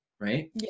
right